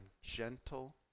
gentle